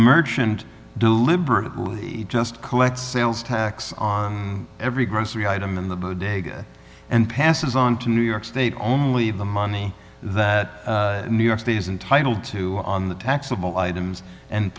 merchant deliberately just collect sales tax on every grocery item in the day and passes on to new york state only the money that new york city's entitle to on the taxable items and